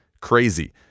crazy